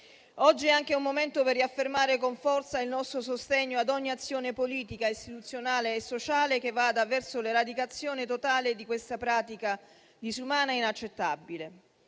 Oggi è anche un momento per riaffermare con forza il nostro sostegno ad ogni azione politica, istituzionale e sociale che vada verso l'eradicazione totale di questa pratica disumana e inaccettabile.